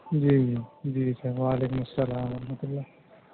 جی جی جی سر وعلیکم السلام ورحمتہ اللہ